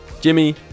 Jimmy